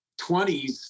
20s